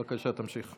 בבקשה, תמשיך.